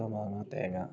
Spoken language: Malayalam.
ചക്ക മാങ്ങ തേങ്ങ